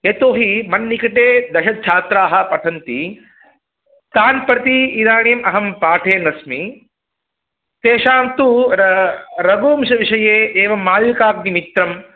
यतो हि मन्निकटे दशछात्राः पठन्ति तान् प्रति इदानीम् अहं पाठयन्नस्मि तेषां तु रघुवंशविषये एवं मालिकाग्निमित्रम्